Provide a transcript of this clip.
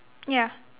ya